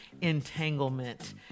Entanglement